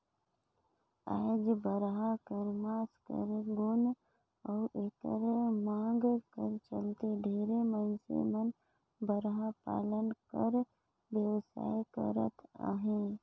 आएज बरहा कर मांस कर गुन अउ एकर मांग कर चलते ढेरे मइनसे मन बरहा पालन कर बेवसाय करत अहें